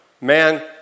Man